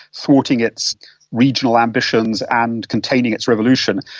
thwarting its regional ambitions and containing its revolution,